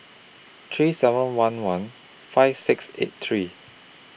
three seven one one five six eight three